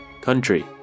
Country